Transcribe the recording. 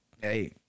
Hey